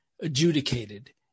adjudicated